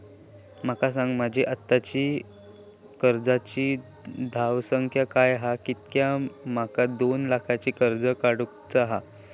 माका सांगा माझी आत्ताची कर्जाची धावसंख्या काय हा कित्या माका दोन लाखाचा कर्ज काढू चा हा?